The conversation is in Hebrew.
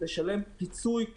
לשלם פיצוי,